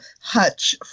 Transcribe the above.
hutch